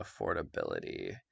affordability